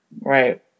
Right